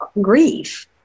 grief